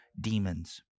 demons